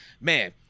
man